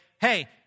hey